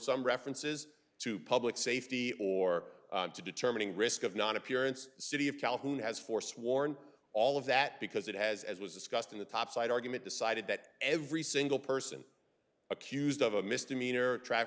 some references to public safety or to determining risk of nonappearance city of calhoun has forsworn all of that because it has as was discussed in the topside argument decided that every single person accused of a misdemeanor tra